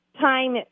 time